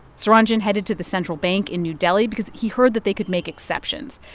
suranjan headed to the central bank in new delhi because he heard that they could make exceptions.